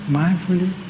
mindfully